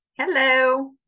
Hello